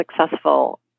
successful